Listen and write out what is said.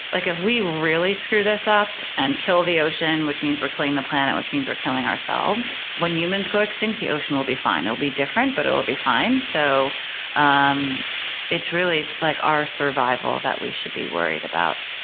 like if we really screw this up and kill the ocean, which means we're killing the planet, which means we're killing ourselves, when humans go extinct, the ocean will be fine. it will be different, but it'll be fine. so um it's really like our survival that we should be worried about.